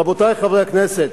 רבותי חברי הכנסת,